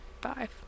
five